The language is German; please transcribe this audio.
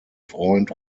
freund